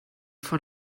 von